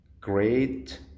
great